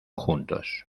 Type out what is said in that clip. juntos